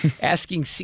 Asking